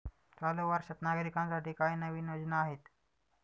चालू वर्षात नागरिकांसाठी काय नवीन योजना आहेत?